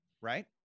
right